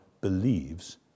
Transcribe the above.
believes